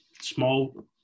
small